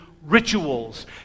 Rituals